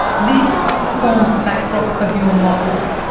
this forms the backdrop of your novel.